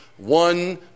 One